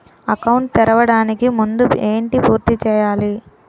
Account తెరవడానికి ముందు ఏంటి పూర్తి చేయాలి?